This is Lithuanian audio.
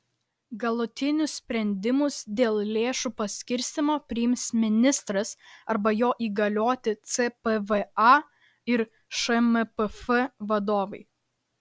galutinius sprendimus dėl lėšų paskirstymo priims ministras arba jo įgalioti cpva ir šmpf vadovai